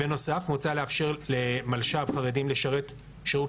בנוסף מוצע לאפשר למלש"ב חרדים לשרת שירות